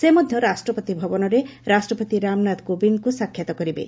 ସେ ମଧ୍ୟ ରାଷ୍ଟ୍ରପତି ଭବନରେ ରାଷ୍ଟ୍ରପତି ରାମନାଥ କୋବିନ୍ଦଙ୍କୁ ସାକ୍ଷାତ୍ କରିବେ